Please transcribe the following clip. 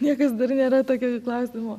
niekas dar nėra tokio klausimo